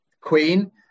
Queen